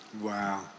Wow